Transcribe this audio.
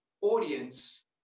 audience